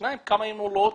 שניים, כמה הן עולות?